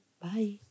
Bye